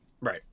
right